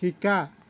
শিকা